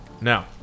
Now